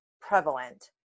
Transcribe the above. prevalent